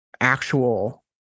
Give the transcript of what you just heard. actual